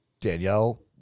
Danielle